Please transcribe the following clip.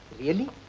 really